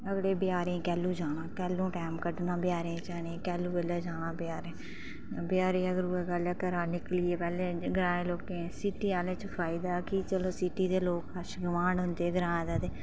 अगड़े बजारै गी केहली जाना कैहलों टाइम कड्ढना बजारे गी जाना केल्लै जाना बजारै च बजैरे च उऐ गल्ल ऐ घरा निकली पैह्लें ग्रां दे लोकें सिटी आहलें गी फायदा हा कि चलो सिटी दे लोक कश गुआंढ होंदे